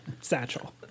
satchel